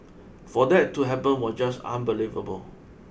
for that to happen was just unbelievable